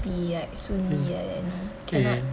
be like 顺利 like that you know cannot